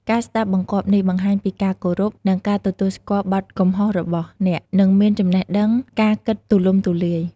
ការស្ដាប់បង្គាប់នេះបង្ហាញពីការគោរព និងការទទួលស្គាល់បទកំហុសរបស់អ្នក និងមានចំណេះដឹងការគិតទូលំទូលាយ។